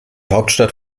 hauptstadt